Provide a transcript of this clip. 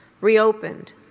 reopened